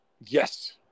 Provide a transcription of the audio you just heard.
Yes